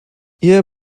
ihr